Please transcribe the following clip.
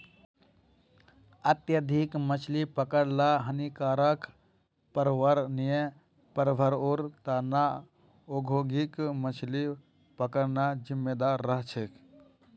अत्यधिक मछली पकड़ ल हानिकारक पर्यावरणीय प्रभाउर त न औद्योगिक मछली पकड़ना जिम्मेदार रह छेक